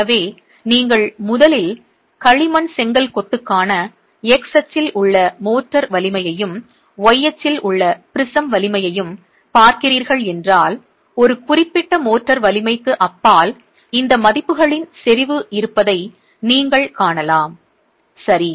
எனவே நீங்கள் முதலில் களிமண் செங்கல் கொத்துக்கான x அச்சில் உள்ள மோர்டார் வலிமையையும் y அச்சில் உள்ள ப்ரிஸம் வலிமையையும் பார்க்கிறீர்கள் என்றால் ஒரு குறிப்பிட்ட மோர்டார் வலிமைக்கு அப்பால் இந்த மதிப்புகளின் செறிவு இருப்பதை நீங்கள் காணலாம் சரி